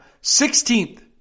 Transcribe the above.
Sixteenth